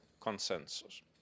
consensus